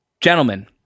Gentlemen